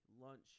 lunch